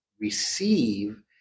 receive